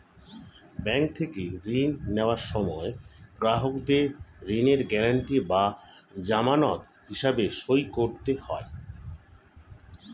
bank থেকে ঋণ নেওয়ার সময় গ্রাহকদের ঋণের গ্যারান্টি বা জামানত হিসেবে সই করতে হয়